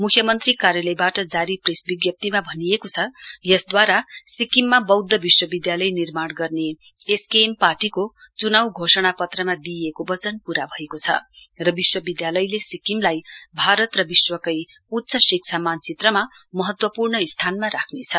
म्ख्यमन्त्री कार्यालयबाट जारी प्रेस विजप्तिमा भनिएको छ यसद्वारा सिक्किम बौद्ध विश्वविदयालय निर्माण गर्ने एसकेएम पार्टीको च्नाउ घोषणा पत्रमा दिइएको वचन पूरा भएको छ र विश्वविद्यालयले सिक्किमलाई बारत र विश्वकै उच्च सिक्षा मानचित्रमा महत्वपूर्ण स्थानमा राख्नेछ